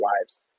lives